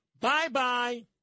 Bye-bye